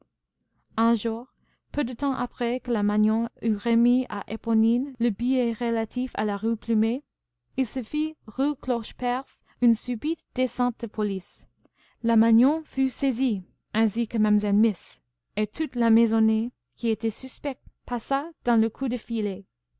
un jour peu de temps après que la magnon eut remis à éponine le billet relatif à la rue plumet il se fit rue clocheperce une subite descente de police la magnon fut saisie ainsi que mamselle miss et toute la maisonnée qui était suspecte passa dans le coup de filet